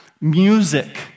music